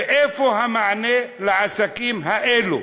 ואיפה המענה לעסקים האלה?